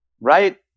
Right